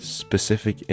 specific